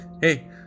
Hey